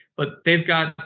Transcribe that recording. but they've got.